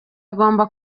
agomba